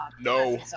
No